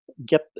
Get